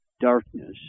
darkness